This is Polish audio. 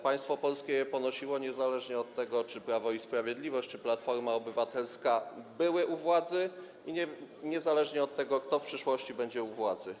Państwo polskie je ponosi niezależnie od tego, czy Prawo i Sprawiedliwość, czy Platforma Obywatelska są u władzy, i niezależnie od tego, kto w przyszłości będzie u władzy.